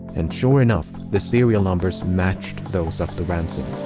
and sure enough, the serial numbers matched those of the ransom.